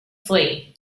flee